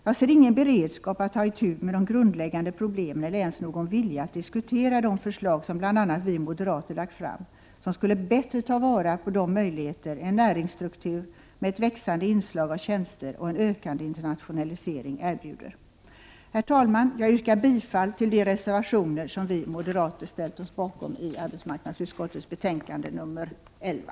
Jag ser ingen beredskap att ta itu med de grundläggande problemen eller ens någon vilja att diskutera de förslag som bl.a. vi moderater lagt fram som skulle bättre ta vara på de möjligheter en näringsstruktur med ett växande inslag av tjänster och en ökande internationalisering erbjuder. Herr talman! Jag yrkar bifall till de reservationer som vi moderater ställt oss bakom i arbetsmarknadsutskottets betänkande nr 11.